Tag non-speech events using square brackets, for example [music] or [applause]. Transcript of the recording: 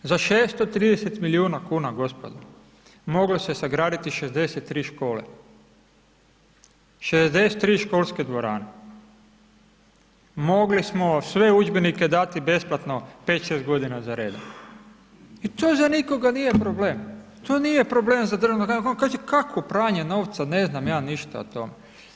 Za 630 milijuna kuna gospodo, moglo se sagraditi 63 škole, 63 školske dvorane, mogli smo sve udžbenike dati besplatno pet, šest godina za redom, i to za nikoga nije problem, to nije problem za, ... [unintelligible] on kaže kakvo pranje novca, ne znam ja ništa o tome.